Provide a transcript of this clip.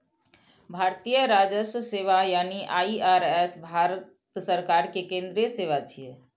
भारतीय राजस्व सेवा यानी आई.आर.एस भारत सरकार के केंद्रीय सेवा छियै